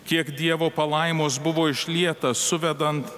kiek dievo palaimos buvo išlieta suvedant